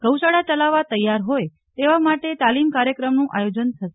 ગૌશાળા ચલાવવા તેયાર હોય તેવો માટે તાલીમ કાર્યક્રમનું આયોજન થશે